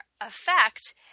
effect